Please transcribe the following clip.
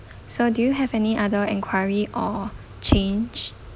so do you have any other enquiry or change